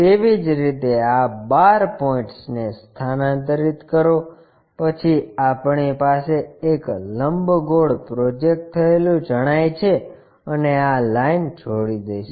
તેવી જ રીતે આ 12 પોઇન્ટ્સને સ્થાનાંતરિત કરો પછી આપણી પાસે એક લંબગોળ પ્રોજેક્ટ થયેલું જણાય છે અને આ લાઇન જોડી દઇશું